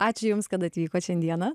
ačiū jums kad atvykot šiandieną